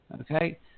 Okay